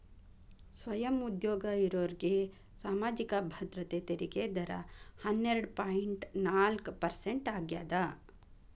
ಸ್ವಯಂ ಉದ್ಯೋಗ ಇರೋರ್ಗಿ ಸಾಮಾಜಿಕ ಭದ್ರತೆ ತೆರಿಗೆ ದರ ಹನ್ನೆರಡ್ ಪಾಯಿಂಟ್ ನಾಲ್ಕ್ ಪರ್ಸೆಂಟ್ ಆಗ್ಯಾದ